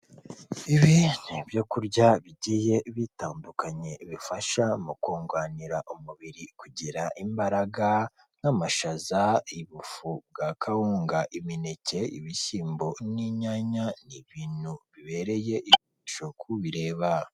Ibi n'ibyorya bigiye bitandukanye bifasha mu kunganira umubiri kugira imbaraga, n'amashaza, ubufu bwa kawunga, imineke, ibishyimbo n'inyanya n'ibintu bibereye ijisho kubireba.